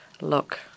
look